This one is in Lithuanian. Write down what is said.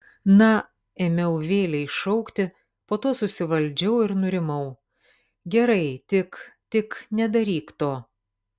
na ėmiau vėlei šaukti po to susivaldžiau ir nurimau gerai tik tik nedaryk to